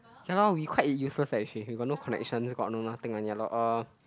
yalor we quite a useless leh as she got no connection got nothing when you are log off